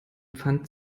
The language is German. pfand